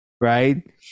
right